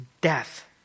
death